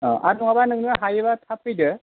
आर नङा बा हायो बा थाब फैदो